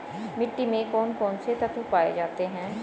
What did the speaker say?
मिट्टी में कौन कौन से तत्व पाए जाते हैं?